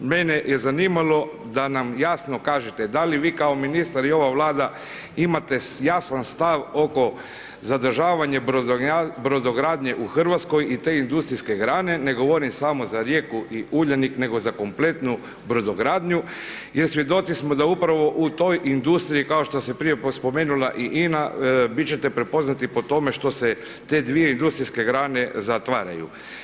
Mene je zanimalo da nam jasno kažete da li vi kao ministar i ova Vlada imate jasan stav oko zadržavanja brodogradnje u Hrvatskoj i te industrijske grane, ne govorim samo za Rijeku i Uljanik nego za kompletnu brodogradnju jer svjedoci smo da upravo u toj industriji kao što se prije spomenula i INA, vi ćete prepoznati po tome što se te dvije industrijske grane zatvaraju.